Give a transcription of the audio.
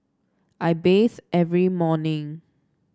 I bathe every morning